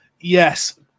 Yes